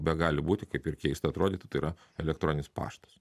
begali būti kaip ir keista atrodytų tai yra elektroninis paštas